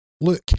look